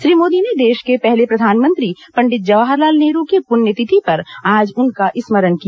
श्री मोदी ने देश के पहले प्रधानमंत्री पंडित जवाहरलाल नेहरू की पुण्य तिथि पर आज उनका स्मरण किया